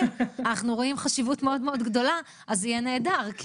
אנחנו רואים חשיבות מאוד מאוד גדולה אז זה יהיה נהדר,